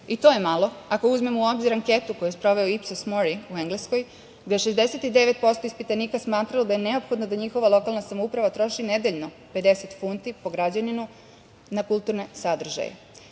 i to je malo ako uzmemo u obzir anketu koju je sproveo „Ipsos mori“ u Engleskoj, gde 69% ispitanika je smatralo da je neophodno da njihova lokalna samouprava troši nedeljno 50 funti po građaninu na kulturne sadržaje. Ako